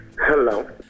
Hello